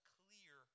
clear